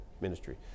ministry